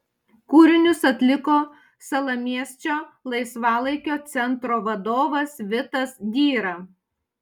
kūrinius atliko salamiesčio laisvalaikio centro vadovas vitas dyra